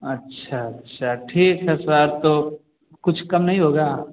अच्छा अच्छा ठीक है सर तो कुछ कम नहीं होगा